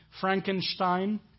Frankenstein